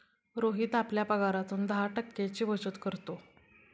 रोहित आपल्या पगारातून दहा टक्क्यांची बचत करतो